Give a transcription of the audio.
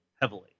heavily